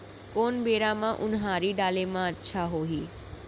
कोन बेरा म उनहारी डाले म अच्छा होही?